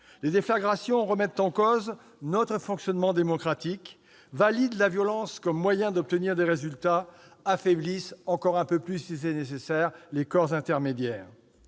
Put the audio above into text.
Ces déflagrations remettent en cause notre fonctionnement démocratique, valident la violence comme moyen d'obtenir des résultats et affaiblissent encore un peu plus- comme si c'était nécessaire -les corps intermédiaires.